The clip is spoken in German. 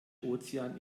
ozean